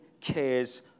cares